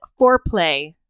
foreplay